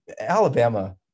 Alabama